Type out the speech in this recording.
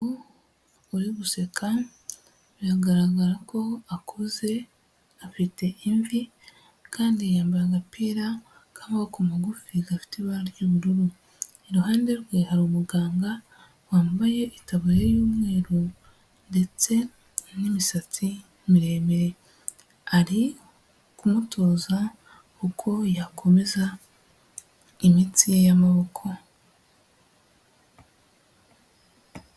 Umugabo uri guseka, biragaragara ko akuze, afite imvi kandi yambaye agapira k'amaboko magufi gafite ibara ry'ubururu. Iruhande rwe hari umuganga wambaye itaburiya y'umweru ndetse n'imisatsi miremire. Ari kumutoza uko yakomeza imitsi ye y'amaboko.